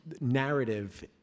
narrative